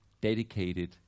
dedicated